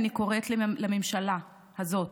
אני קוראת לממשלה הזאת,